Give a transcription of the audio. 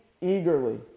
eagerly